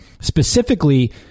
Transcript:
Specifically